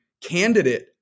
candidate